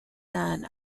son